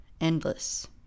endless